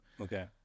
Okay